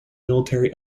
military